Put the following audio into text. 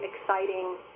exciting